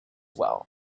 well